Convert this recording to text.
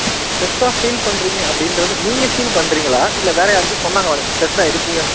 நீங்கள் ஸ்ட்ரெஸ்ஸாக ஃபீல் பண்ணுறீங்க அப்படின்றது நீங்கள் ஃபீல் பண்ணுறீங்களா இல்லை வேற யாராச்சும் சொன்னாங்களா நீங்கள் ஸ்ட்ரெஸ்ஸாக இருக்கீங்கன்னு